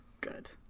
Good